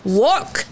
walk